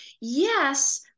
Yes